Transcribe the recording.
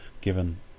given